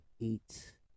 eight